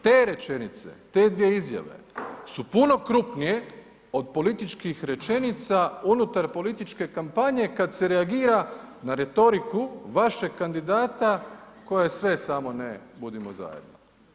Te rečenice, te dvije izjave su puno krupnije od političkih rečenica unutar političke kampanje kad se reagira na retoriku vašeg kandidata koji je sve samo ne budimo zajedno.